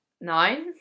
Nine